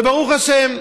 וברוך השם,